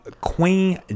Queen